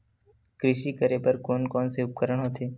कृषि करेबर कोन कौन से उपकरण होथे?